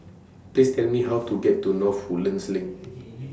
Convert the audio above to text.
Please Tell Me How to get to North Woodlands LINK